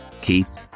Keith